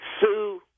Sue